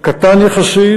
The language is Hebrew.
קטן יחסית,